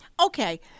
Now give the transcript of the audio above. Okay